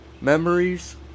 Memories